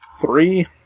Three